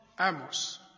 Amos